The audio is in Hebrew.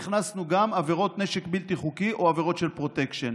הכנסנו גם עבירות נשק בלתי חוקי או עבירות של פרוטקשן,